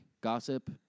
gossip